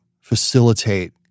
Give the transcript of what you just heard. facilitate